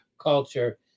culture